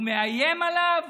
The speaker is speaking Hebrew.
הוא מאיים עליו,